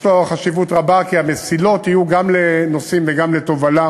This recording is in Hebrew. יש לו חשיבות רבה כי המסילות יהיו גם לנוסעים וגם לתובלה.